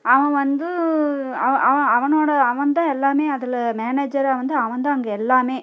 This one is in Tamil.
அவன் வந்து அவ அவனோடய அவன்தான் எல்லாமே அதில் மேனேஜராக வந்து அவன்தான் அங்கே எல்லாமே